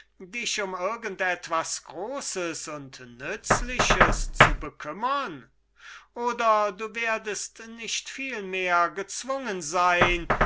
dich um irgend etwas großes und nützliches zu bekümmern oder du werdest nicht vielmehr gezwungen sein